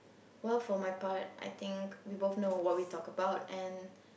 well for my part I think we both know what we talk about and